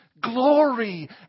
glory